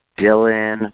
Dylan